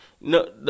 No